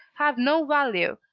have no value,